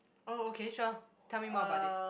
oh okay sure tell me more about it